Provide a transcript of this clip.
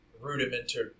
rudimentary